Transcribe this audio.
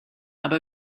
aber